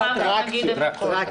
אנחנו אחר כך נגיד את הכול.